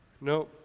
No